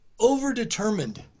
overdetermined